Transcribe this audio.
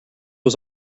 was